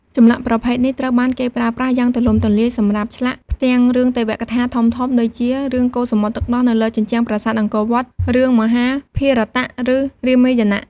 ចម្លាក់ប្រភេទនេះត្រូវបានគេប្រើប្រាស់យ៉ាងទូលំទូលាយសម្រាប់ឆ្លាក់ ផ្ទាំងរឿងទេវកថាធំៗ ដូចជារឿងកូរសមុទ្រទឹកដោះនៅលើជញ្ជាំងប្រាសាទអង្គរវត្ត រឿងមហាភារតៈ ឬរាមាយណៈ។